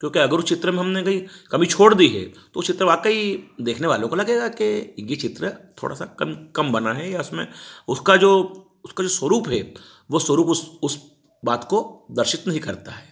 क्योंकि अगर वह चित्र में हमने कहीं कमी छोड़ दी है तो वह चित्र वाकई देखने वालों को लगेगा के यह चित्र थोड़ा सा कम कम बना है या उसमें उसका जो उसका जो स्वरूप है वह स्वरूप उस उस बात को दर्शित नहीं करता है